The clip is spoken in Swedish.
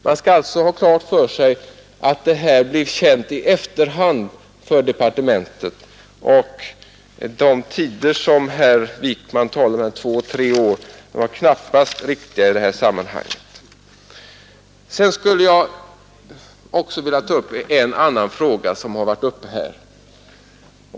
Man skall alltså ha klart för sig att detta blev känt i efterhand för departementet, och de tider som herr Wijkman talar om — två och tre år — är knappast riktiga i detta sammanhang. Sedan skulle jag även vilja beröra en annan fråga som har varit uppe här.